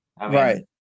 Right